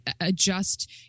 adjust